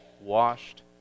washed